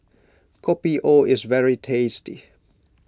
Kopi O is very tasty